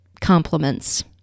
compliments